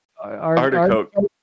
artichoke